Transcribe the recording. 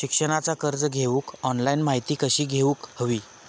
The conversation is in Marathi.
शिक्षणाचा कर्ज घेऊक ऑनलाइन माहिती कशी घेऊक हवी?